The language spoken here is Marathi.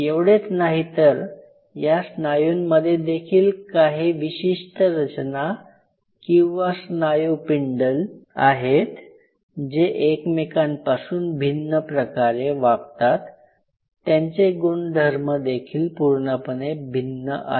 एवढेच नाही तर या स्नायूंमध्ये देखील काही विशिष्ट रचना किंवा स्नायू स्पिन्डल आहेत जे एकमेकांपासून भिन्न प्रकारे वागतात त्यांचे गुणधर्मदेखील पूर्णपणे भिन्न आहेत